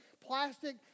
plastic